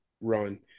run